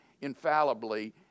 infallibly